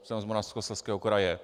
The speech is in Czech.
Jsem z Moravskoslezského kraje.